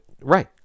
right